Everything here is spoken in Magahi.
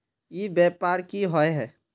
ई व्यापार की होय है?